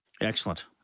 excellent